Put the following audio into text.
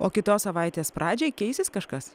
o kitos savaitės pradžiai keisis kažkas